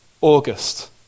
August